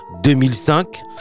2005